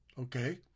Okay